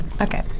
Okay